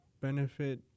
benefit